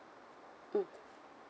mm